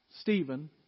Stephen